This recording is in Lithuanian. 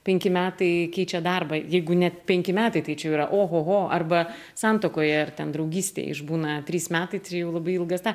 penki metai keičia darbą jeigu net penki metai tai čia jau yra ohoho arba santuokoje ar ten draugystėj išbūna trys metai čia jau labai ilgas tą